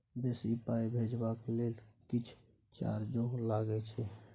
बेसी पाई भेजबाक लेल किछ चार्जो लागे छै?